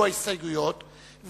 הואיל ובסעיף 8 נפלו ההסתייגויות,